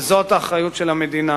וזאת האחריות של המדינה